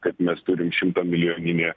kad mes turim šimtamilijoninį